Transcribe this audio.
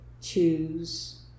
choose